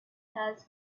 has